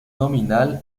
nominal